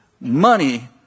money